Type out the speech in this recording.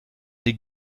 des